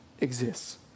exists